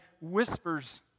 whispers